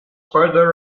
further